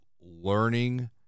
learning